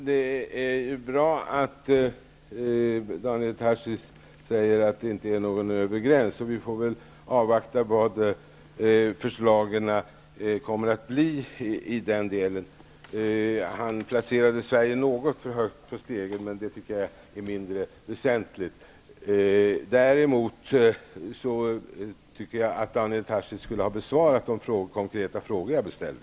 Herr talman! Det är bra att Daniel Tarschys säger att det inte är någon övre gräns. Vi får väl avvakta vilka förslagen kommer att bli i den delen. Han placerade Sverige något för högt på stegen, men det tycker jag är mindre väsentligt. Däremot tycker jag att Daniel Tarschys skulle ha besvarat de konkreta frågor jag ställde.